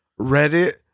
Reddit